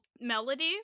melody